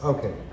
Okay